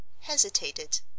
hesitated